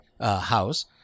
house